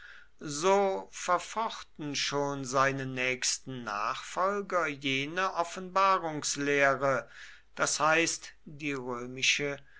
so verfochten schon seine nächsten nachfolger jene offenbarungslehre das heißt die römische